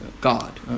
God